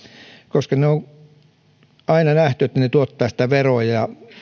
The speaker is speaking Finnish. koska aina on nähty että ne tuottavat veroja